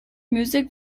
music